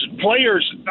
players